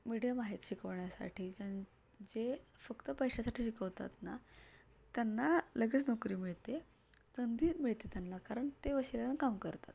medium आहेत शिकवण्यासाठी ज्यांना जे फक्त पैशासाठी शिकवतात ना त्यांना लगेच नोकरी मिळते संधी मिळते त्यांना कारण ते वशिल्यानं काम करतात